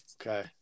Okay